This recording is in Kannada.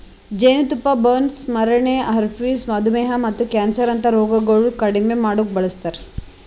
ಜೇನತುಪ್ಪ ಬರ್ನ್ಸ್, ಸ್ಮರಣೆ, ಹರ್ಪಿಸ್, ಮಧುಮೇಹ ಮತ್ತ ಕ್ಯಾನ್ಸರ್ ಅಂತಾ ರೋಗಗೊಳ್ ಕಡಿಮಿ ಮಾಡುಕ್ ಬಳಸ್ತಾರ್